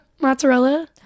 mozzarella